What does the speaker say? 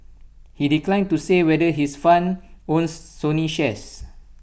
he declined to say whether his fund owns Sony shares